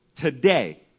Today